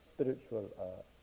spiritual